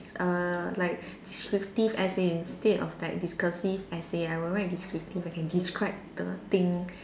err like descriptive essay instead of like discursive essay I will write descriptive I can describe the thing